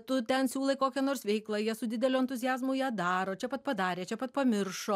tu ten siūlai kokią nors veiklą jie su dideliu entuziazmu ją daro čia pat padarė čia pat pamiršo